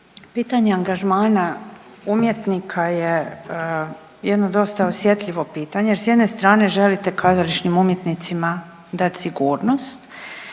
Pitanje angažmana umjetnika je jedno dosta osjetljivo pitanje jer s jedne strane želite kazališnim umjetnicima dati sigurnost